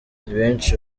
benshi